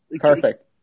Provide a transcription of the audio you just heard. Perfect